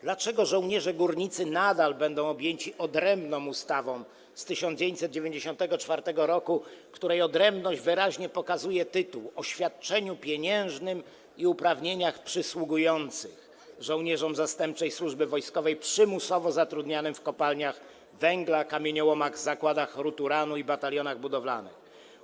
Dlaczego żołnierze górnicy nadal będą objęci odrębną ustawą z 1994 r., której odrębność wyraźnie wskazuje tytuł: o świadczeniu pieniężnym i uprawnieniach przysługujących żołnierzom zastępczej służby wojskowej przymusowo zatrudnianym w kopalniach węgla, kamieniołomach, zakładach rud uranu i batalionach budowlanych?